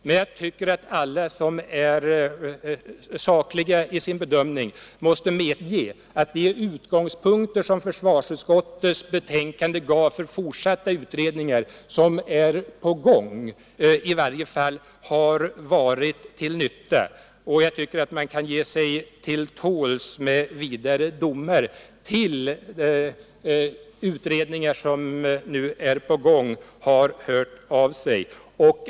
Men jag tycker att alla som är sakliga i sin bedömning måste medge att de utgångspunkter som försvarsutskottets betänkande gav för fortsatta utredningar, vilka nu är på gång, har varit till nytta. Jag tycker att man kan ge sig till tåls med vidare domar tills de utredningar som nu är på gång har låtit höra av sig.